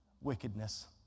wickedness